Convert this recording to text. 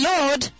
Lord